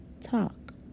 Talk